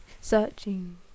searching